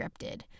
scripted